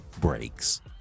breaks